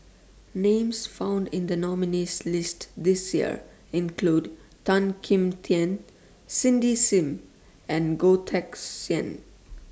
Names found in The nominees' list This Year include Tan Kim Tian Cindy SIM and Goh Teck Sian